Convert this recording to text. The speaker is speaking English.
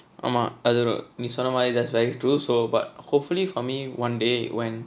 ஆமா அது நீ சொன்னமாரி:aamaa athu nee sonnamaari that's right true but hopefully for me one day when